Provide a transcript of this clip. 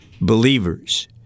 believers